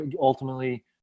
ultimately